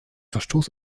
verstoß